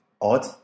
Odd